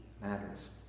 matters